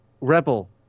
rebel